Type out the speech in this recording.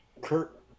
Kurt